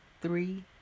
three